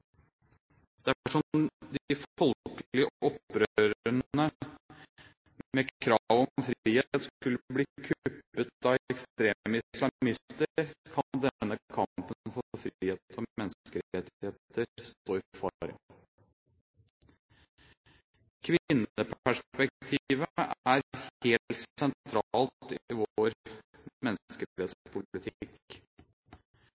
de folkelige opprørene med krav om frihet skulle bli kuppet av ekstreme islamister, kan denne kampen for frihet og menneskerettigheter stå i fare. Kvinneperspektivet er helt sentralt i vår